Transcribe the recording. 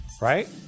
Right